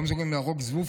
לא מסוגלים להרוג זבוב,